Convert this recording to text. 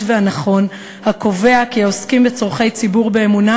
והנכון הקובע כי העוסקים בצורכי ציבור באמונה,